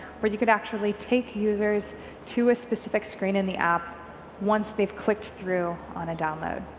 where you could actually take users to a specific screen in the app once they've clicked through on a download.